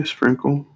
Sprinkle